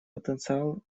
потенциал